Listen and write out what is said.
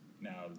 Now